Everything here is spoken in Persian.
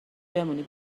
بمونی